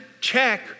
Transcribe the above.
check